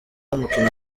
umukino